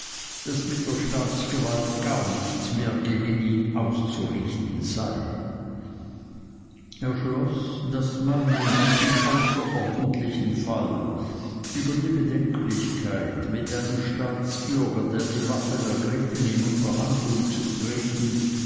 daß mit der staatsgewalt gar nichts mehr gegen ihn auszurichten sei er schloß daß man in diesem außerordentlichen fall über die bedenklichkeit mit einem staatsbürger der die waffen ergriffen in unterhandlung zu treten